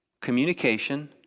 communication